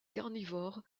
carnivore